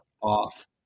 off